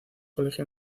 colegio